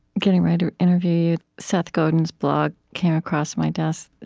getting ready to interview you, seth godin's blog came across my desk,